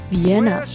Vienna